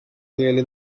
clearly